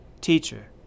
Teacher